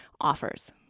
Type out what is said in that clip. offers